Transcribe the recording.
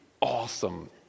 awesome